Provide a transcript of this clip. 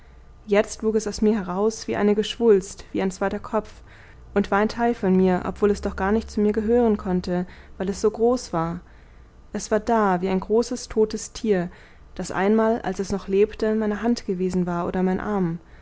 jetzt wuchs es aus mir heraus wie eine geschwulst wie ein zweiter kopf und war ein teil von mir obwohl es doch gar nicht zu mir gehören konnte weil es so groß war es war da wie ein großes totes tier das einmal als es noch lebte meine hand gewesen war oder mein arm